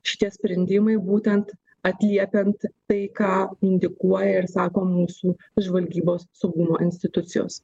šitie sprendimai būtent atliekant tai ką indikuoja ir sako mūsų žvalgybos saugumo institucijos